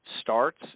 starts